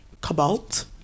cobalt